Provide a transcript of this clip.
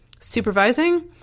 supervising